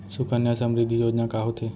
सुकन्या समृद्धि योजना का होथे